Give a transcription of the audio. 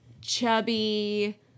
chubby